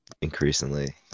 increasingly